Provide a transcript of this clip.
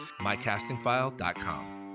MyCastingFile.com